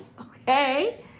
okay